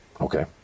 Okay